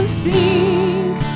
speak